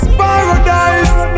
paradise